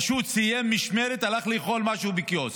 פשוט סיים משמרת, הלך לאכול משהו בקיוסק,